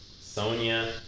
Sonya